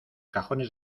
cajones